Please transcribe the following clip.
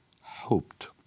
hoped